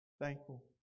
Thankful